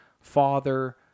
Father